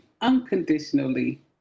unconditionally